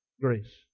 grace